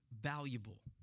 valuable